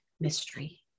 mystery